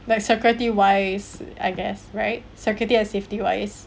like security wise I guess right security and safety wise